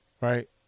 right